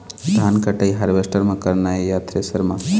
धान कटाई हारवेस्टर म करना ये या थ्रेसर म?